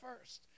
first